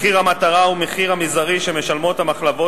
מחיר המטרה הוא המחיר המזערי שהמחלבות